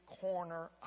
corner